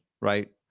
right